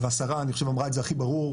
והשרה אני חושב אמרה את זה הכי ברור,